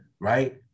right